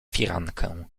firankę